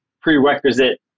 prerequisite